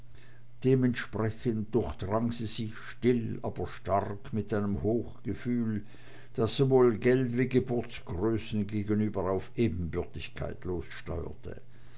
dementsprechend durchdrang sie sich still aber stark mit einem hochgefühl das sowohl geld wie geburtsgrößen gegenüber auf ebenbürtigkeit lossteuerte